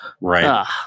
Right